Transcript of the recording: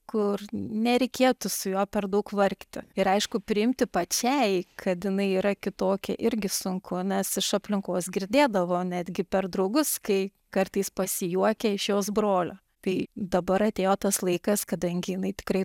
kur nereikėtų su juo per daug vargti ir aišku priimti pačiai kad jinai yra kitokia irgi sunku nes iš aplinkos girdėdavo netgi per draugus kai kartais pasijuokia iš jos brolio tai dabar atėjo tas laikas kadangi jinai tikrai